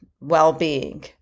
well-being